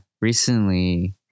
recently